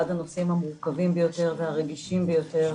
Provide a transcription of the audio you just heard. הנושאים המורכבים ביותר והרגישים ביותר,